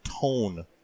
tone